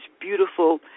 beautiful